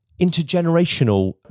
intergenerational